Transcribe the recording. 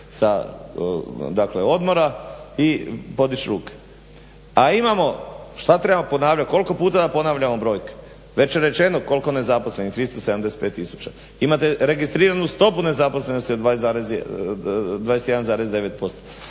sa odmora i podići ruke. A imamo, što trebamo ponavljati, koliko puta da ponavljamo brojke? Već je rečeno koliko je nezaposlenih, 375 tisuća, imate registriranu stopu nezaposlenosti od 21,9%,